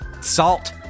Salt